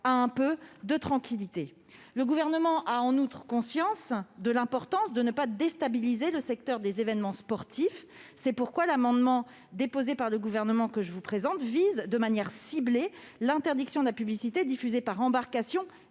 à un peu de tranquillité. Le Gouvernement a en outre conscience de l'importance de ne pas déstabiliser le secteur des événements sportifs. C'est pourquoi le présent amendement vise de manière ciblée l'interdiction de la publicité diffusée par embarcation